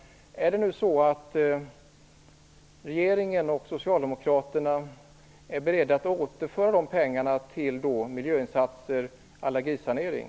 Är regeringen och Socialdemokraterna beredda att återföra de pengarna till miljöinsatser och allergisanering?